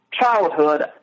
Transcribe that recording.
childhood